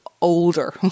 older